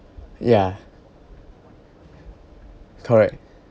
yeah correct